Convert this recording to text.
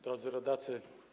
Drodzy Rodacy!